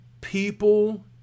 People